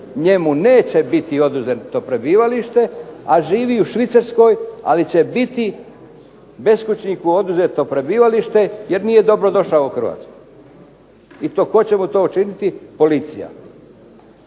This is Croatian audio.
njemu neće biti oduzeto prebivalište, a živi u Švicarskoj, ali će biti beskućniku oduzeto prebivalište jer nije dobrodošao u Hrvatsku. I to tko će mu to učiniti? Policija